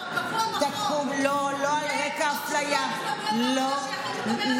אבל מה שההצעה שלך אומרת כבר קבוע בחוק.